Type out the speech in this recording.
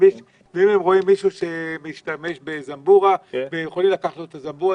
ואם הם רואים מישהו שמשתמש בזמבורה והם יכולים לקחת את הזמבורה,